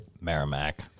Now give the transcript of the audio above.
merrimack